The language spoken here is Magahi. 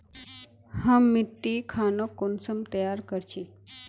हम मिट्टी खानोक कुंसम तैयार कर छी?